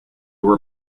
were